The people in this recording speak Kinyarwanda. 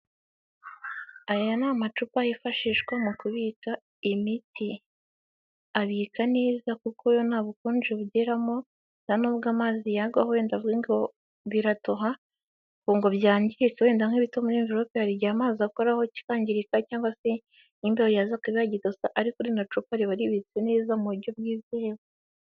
Aya ni amacupa yifashishwa mu kubika imiti abika neza kuko yo nta bukonje bugeramo ntanubwo amazi yagwaho wenda avuge ngo biratoha ngo byangirike wenda nk'ibito muri mvirope hari igihe amazi akoraho kikangirika cyangwa se imbeho yaza ikaba yagitosa ariko rino cupa riba ribitswe neza mu buryo bwizewe.